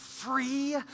free